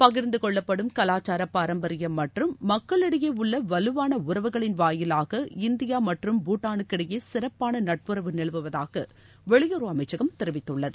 பகிர்ந்து கொள்ளப்படும் கலாசார பாரம்பரியம் மற்றும் மக்களிடையே உள்ள வலுவான உறவுகளின் வாயிலாக இந்தியா மற்றும் பூட்டானுக்கிடையே சிறப்பான நட்பறவு நிலவுவதாக வெளியுறவு அமைச்சகம் தெரிவித்துள்ளது